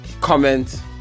comment